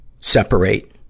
separate